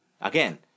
again